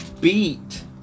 beat